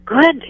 good